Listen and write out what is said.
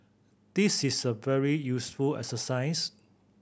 this is a very useful exercise